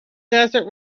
desert